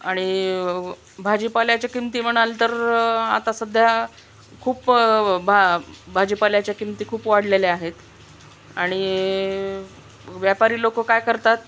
आणि भाजीपाल्याच्या किंमती म्हणाल तर आता सध्या खूप भा भाजीपाल्याच्या किंमती खूप वाढलेल्या आहेत आणि व्यापारी लोक काय करतात